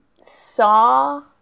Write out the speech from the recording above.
saw